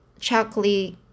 Chocolate